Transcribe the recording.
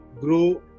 grow